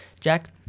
Jack